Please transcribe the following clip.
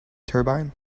turbine